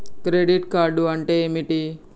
Credit card అంటే ఏమిటి?